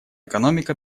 экономика